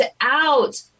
out